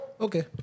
Okay